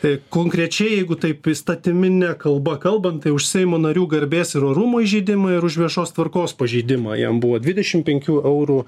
tai konkrečiai jeigu taip įstatymine kalba kalbant tai už seimo narių garbės ir orumo įžeidimą ir už viešos tvarkos pažeidimą jam buvo dvidešimt penkių eurų